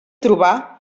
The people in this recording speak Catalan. trobar